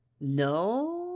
No